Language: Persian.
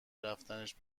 رفتنش